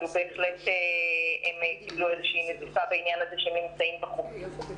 אבל הם בהחלט קיבלו איזושהי נזיפה בעניין הזה שהם נמצאים בחוץ.